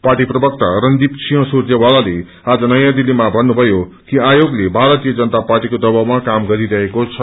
पार्औ प्रवक्ता रणदीप सिंह सूजैवालले आज नयाँ दिल्लीमा भन्नुभयो कि आयोगले भारतीय जनता पार्टीका दवाबमा काम गरिरहेको छ